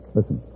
Listen